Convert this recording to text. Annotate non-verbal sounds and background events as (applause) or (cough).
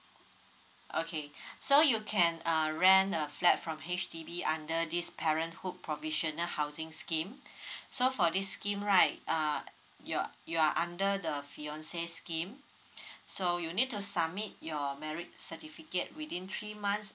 okay (breath) so you can uh rent a flat from H_D_B under this parenthood provisional housing scheme (breath) so for this scheme right err you're you are under the fiancé scheme (breath) so you'll need to submit your marriage certificate within three months